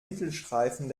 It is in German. mittelstreifen